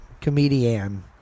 comedian